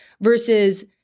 versus